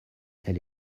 elle